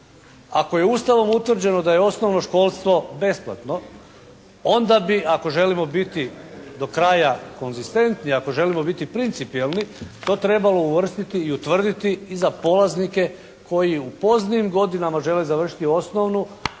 Ako je Ustavom utvrđeno da je osnovno školstvo besplatno, onda bi ako želimo biti do kraja konzistentni, ako želimo biti principijelni to trebalo uvrstiti i utvrditi i za polaznike koji u poznijim godinama žele završiti osnovnu,